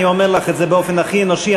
אני אומר לך את זה באופן הכי אנושי,